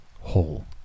whole